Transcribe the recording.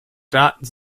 daten